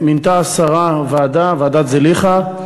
השרה מינתה ועדה, את ועדת זליכה,